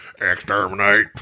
Exterminate